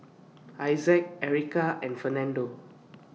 Issac Ericka and Fernando